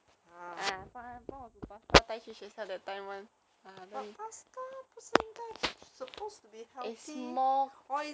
orh oh 妹妹 just last week she found a new way to eat the fries she go and dip it into the sundae